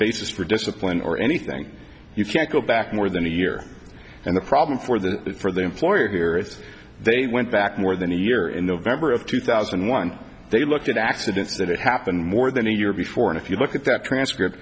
basis for discipline or anything you can't go back more than a year and the problem for the for the employer here is they went back more than a year in november of two thousand and one they looked at accidents that happened more than a year before and if you look at the transcript